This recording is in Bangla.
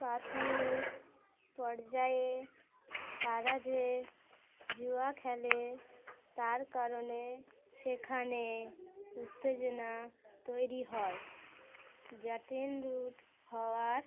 প্রাথমিক পর্যায়ে তারা যে জউয়া খেলে তার কারণে সেখানে উত্তেজনা তৈরি হয় জটেন রুট হওয়ার